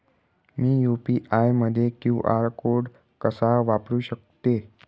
मी UPI मध्ये QR code कसा वापरु शकते?